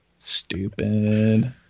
stupid